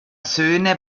söhne